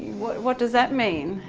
what what does that mean?